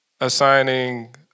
assigning